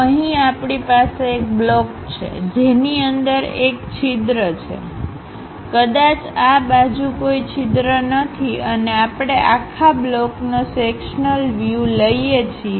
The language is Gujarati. અહીં આપણી પાસે એક બ્લોક છે જેની અંદર એક છિદ્ર છેકદાચ આ બાજુ કોઈ છિદ્ર નથી અને આપણે આખા બ્લોકનો સેક્શનલ વ્યુલઈએ છીએ